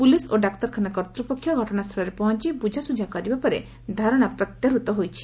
police ଓ ଡାକ୍ତରଖାନା କର୍ତ୍ତୂପକ୍ଷ ଘଟଶାସ୍ଚଳରେ ପହଞ୍ ବୁଝାଶୁଝା କରିବା ପରେ ଧାରଶା ପ୍ରତ୍ୟାହୃତ ହୋଇଛି